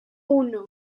uno